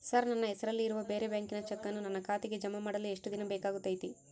Sir ನನ್ನ ಹೆಸರಲ್ಲಿ ಇರುವ ಬೇರೆ ಬ್ಯಾಂಕಿನ ಚೆಕ್ಕನ್ನು ನನ್ನ ಖಾತೆಗೆ ಜಮಾ ಮಾಡಲು ಎಷ್ಟು ದಿನ ಬೇಕಾಗುತೈತಿ?